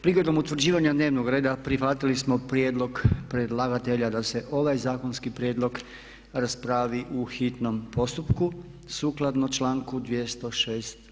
Prigodom utvrđivanja dnevnog reda prihvatili smo prijedlog predlagatelja da se ovaj zakonski prijedlog raspravi u hitnom postupku sukladno članku 206.